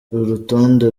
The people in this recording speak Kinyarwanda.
urutonde